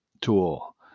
tool